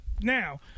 Now